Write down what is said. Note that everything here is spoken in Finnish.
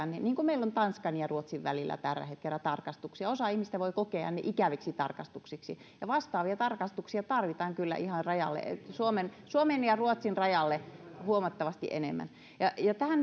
niin niin kuin meillä on tanskan ja ruotsin välillä tällä hetkellä tarkastuksia voi osa ihmisistä kokea ikäviksi tarkastuksiksi vastaavia tarkastuksia tarvitaan kyllä ihan suomen suomen ja ruotsin rajalle huomattavasti enemmän